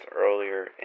earlier